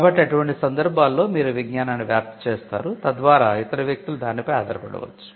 కాబట్టి అటువంటి సందర్భాల్లో మీరు విజ్ఞానాన్ని వ్యాప్తి చేస్తారు తద్వారా ఇతర వ్యక్తులు దానిపై ఆధారపడవచ్చు